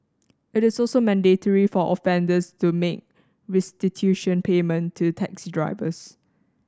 it is also mandatory for offenders to make restitution payment to taxi drivers